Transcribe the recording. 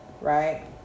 right